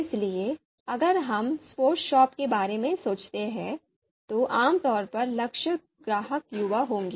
इसलिए अगर हम स्पोर्ट्स शॉप के बारे में सोचते हैं तो आमतौर पर लक्षित ग्राहक युवा होंगे